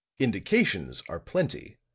indications are plenty,